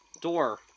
door